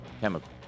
chemical